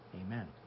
amen